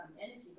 energy